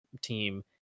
team